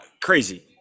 Crazy